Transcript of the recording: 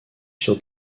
sur